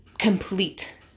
complete